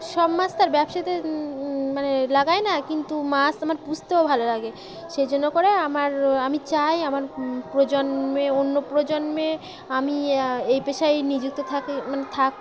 সব মাছ তো আর ব্যবসাতে মানে লাগাই না কিন্তু মাছ আমার পুষতেও ভালো লাগে সেই জন্য করে আমার আমি চাই আমার প্রজন্মে অন্য প্রজন্মে আমি এই পেশায় নিযুক্ত থাকি মানে থাক